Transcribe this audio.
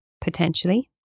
potentially